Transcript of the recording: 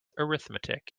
arithmetic